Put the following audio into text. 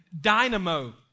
dynamo